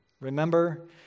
remember